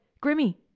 Grimmy